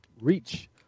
reach